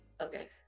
okay